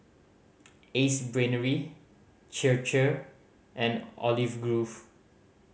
Ace Brainery Chir Chir and Olive Grove